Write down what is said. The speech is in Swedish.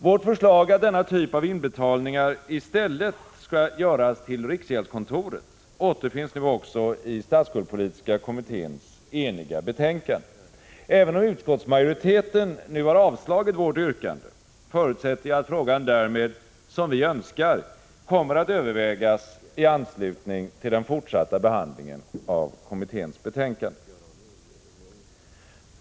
Vårt förslag att denna typ av inbetalningar i stället skall göras till riksgäldskontoret återfinns nu 155 också i statsskuldspolitiska kommitténs eniga betänkande. Även om utskottsmajoriteten nu har avstyrkt vårt yrkande, förutsätter jag att frågan därmed — som vi önskar — kommer att övervägas i anslutning till den fortsatta behandlingen av kommitténs betänkande.